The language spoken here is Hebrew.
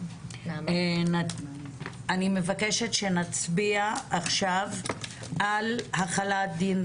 אני מבקשת שנצביע עכשיו על החלת דין